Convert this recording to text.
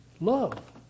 love